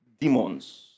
Demons